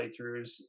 playthroughs